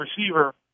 receiver